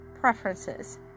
preferences